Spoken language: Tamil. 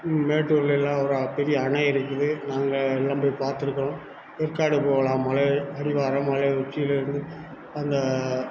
மேட்டூரில் எல்லாம் பெரிய அணை இருக்குது நாங்கள் எல்லாம் போய் பார்த்துருக்கறோம் ஏற்காடு போகலாம் மலை அடிவாரம் மலை உச்சிலருந்து அந்த